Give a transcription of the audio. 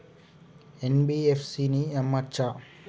NBFC ని నమ్మచ్చా?